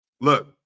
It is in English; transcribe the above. look